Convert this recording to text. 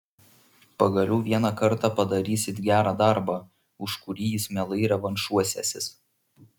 pagaliau vieną kartą padarysit gerą darbą už kurį jis mielai revanšuosiąsis